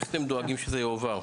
אז איך אתם דואגים שזה יועבר?